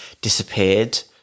disappeared